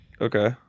Okay